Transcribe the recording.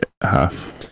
half